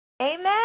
Amen